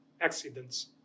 accidents